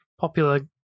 popular